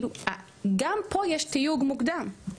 גם פה יש תיוג מוקדם.